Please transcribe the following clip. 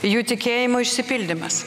jų tikėjimo išsipildymas